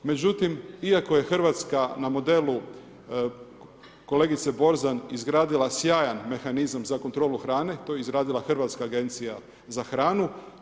Međutim, iako je Hrvatska na modelu kolegice Borzan izgradila sjajan mehanizam za kontrolu hrane to je izradila Hrvatska agencija za hranu.